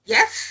Yes